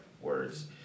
Words